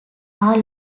are